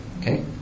Okay